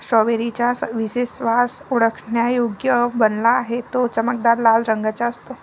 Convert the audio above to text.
strawberry चा विशेष वास ओळखण्यायोग्य बनला आहे, तो चमकदार लाल रंगाचा असतो